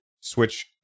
switch